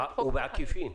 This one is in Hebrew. הוא בעקיפין.